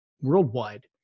worldwide